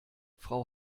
frau